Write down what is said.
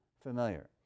familiar